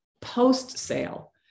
post-sale